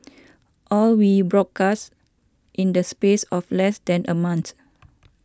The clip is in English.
all we broadcast in the space of less than a month